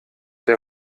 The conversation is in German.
der